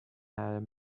and